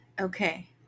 Okay